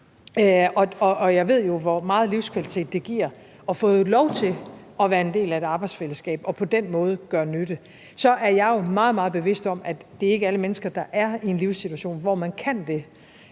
Jeg ved jo, hvor meget livskvalitet det giver at få lov til at være en del af et arbejdsfællesskab og på den måde gøre nytte, og jeg er meget, meget bevidst om, at det ikke er alle mennesker, der er i en livssituation, hvor man kan det.